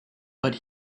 but